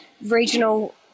regional